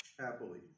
happily